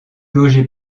loger